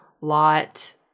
lot